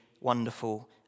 wonderful